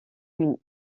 une